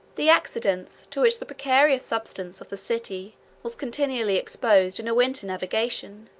the accidents to which the precarious subsistence of the city was continually exposed in a winter navigation,